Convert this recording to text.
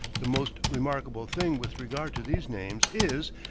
the most remarkable thing with regard to these names is,